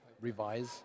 Revise